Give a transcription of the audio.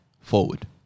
forward